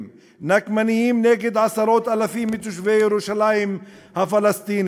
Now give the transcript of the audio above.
נקמניים נגד עשרות אלפים מתושבי ירושלים הפלסטינים.